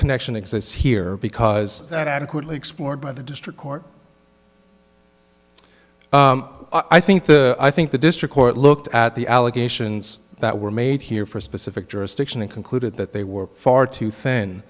connection exists here because that adequately explored by the district court i think the i think the district court looked at the allegations that were made here for specific jurisdiction and concluded that they were far too thin